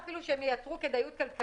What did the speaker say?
יש פסיקה, יש אופן יישום החוק.